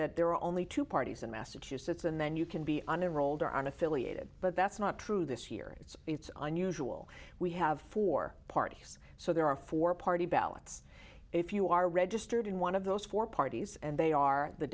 that there are only two parties in massachusetts and then you can be on a roll there on affiliated but that's not true this year it's it's unusual we have four parties so there are four party ballots if you are registered in one of those four parties and they are the